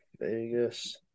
Vegas